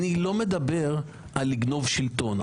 אני לא מדבר על לגנוב שלטון,